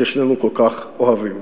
ששנינו כל כך אוהבים.